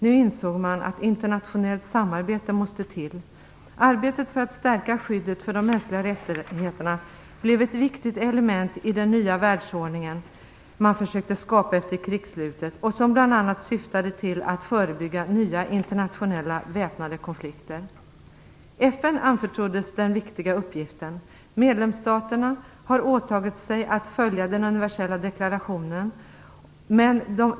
Nu insåg man att internationellt samarbete måste till. Arbetet för att stärka skyddet för de mänskliga rättigheterna blev ett viktigt element i den nya världsordning som man försökte skapa efter krigsslutet och som bl.a. syftade till att förebygga nya internationella väpnade konflikter. FN anförtroddes den viktiga uppgiften. Medlemsstaterna har åtagit sig att följa den universella deklarationen.